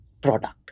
product